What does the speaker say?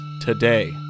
today